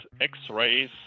X-rays